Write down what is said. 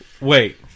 Wait